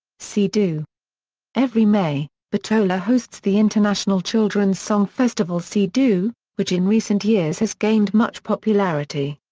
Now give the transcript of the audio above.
si-do every may, bitola hosts the international children's song festival si-do, which in recent years has gained much popularity.